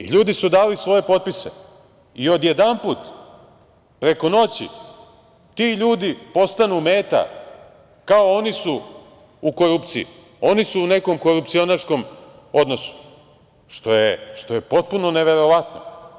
Ljudi su dali svoje potpise i odjedanput, preko noći, ti ljudi postanu meta, kao oni su u korupciji, oni su u nekom korupcionaškom odnosu, što je potpuno neverovatno.